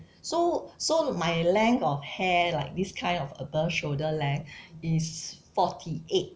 so so my length or hair like this kind of above shoulder length is forty eight